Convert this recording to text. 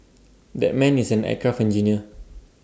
that man is an aircraft engineer